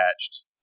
attached